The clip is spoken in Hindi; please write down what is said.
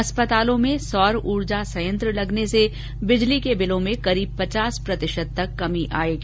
अस्पतालों में सौर ऊर्जा संयंत्र लगने से बिजली के बिलों में करीब पचास प्रतिशत तक कमी जाएगी